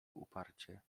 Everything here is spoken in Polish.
uparcie